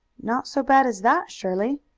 not so bad as that, surely?